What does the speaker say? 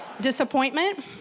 disappointment